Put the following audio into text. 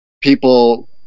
people